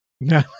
No